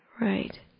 Right